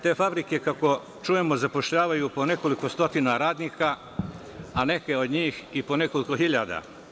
Te fabrike, kako čujemo, zapošljavaju po nekoliko stotina radnika, a neke od njih i po nekoliko hiljada.